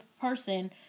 person